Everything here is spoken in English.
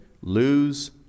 Lose